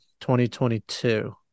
2022